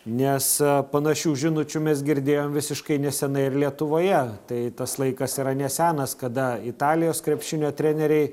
nes panašių žinučių mes girdėjom visiškai nesenai ir lietuvoje tai tas laikas yra nesenas kada italijos krepšinio treneriai